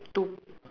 two